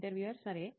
interviewer సరే